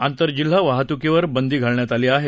आंतरजिल्हा वाहतुकीवर बंदी घालण्यात आली आहे